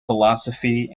philosophy